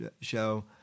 show